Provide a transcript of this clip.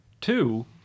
Two